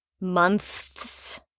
months